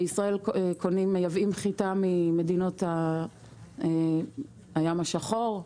בישראל מייבאים חיטה ממדינות הים השחור,